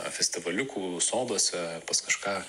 festivaliukų soduose pas kažką